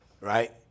Right